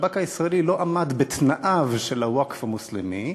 והשב"כ הישראלי לא עמד בתנאיו של הווקף המוסלמי,